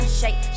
shake